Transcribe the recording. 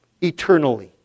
eternally